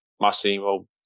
Massimo